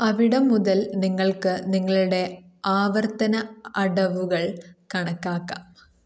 അവിടം മുതൽ നിങ്ങൾക്ക് നിങ്ങളുടെ ആവർത്തന അടവുകൾ കണക്കാക്കാം